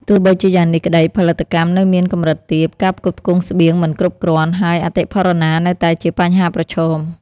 ទោះបីជាយ៉ាងនេះក្ដី ផលិតកម្មនៅមានកម្រិតទាប ការផ្គត់ផ្គង់ស្បៀងមិនគ្រប់គ្រាន់ ហើយអតិផរណានៅតែជាបញ្ហាប្រឈម ។